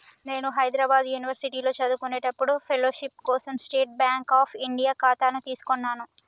నేను హైద్రాబాద్ యునివర్సిటీలో చదువుకునేప్పుడు ఫెలోషిప్ కోసం స్టేట్ బాంక్ అఫ్ ఇండియా ఖాతాను తీసుకున్నాను